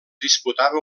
disputava